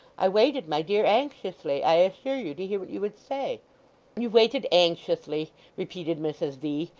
i waited, my dear, anxiously, i assure you, to hear what you would say you waited anxiously repeated mrs v.